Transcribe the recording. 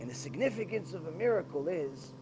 and the significance of a miracle is